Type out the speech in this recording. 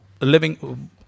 living